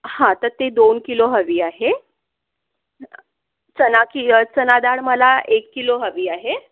तर ते दोन किलो हवी आहे चणा की चणाडाळ मला एक किलो हवी आहे